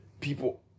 people